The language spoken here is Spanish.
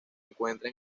encuentra